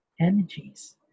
energies